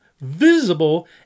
visible